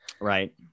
right